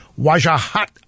Wajahat